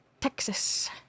Texas